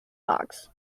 box